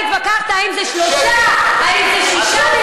אז לא משנה, אתה התווכחת אם זה 3, אם זה 6 מיליון.